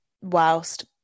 whilst